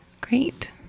great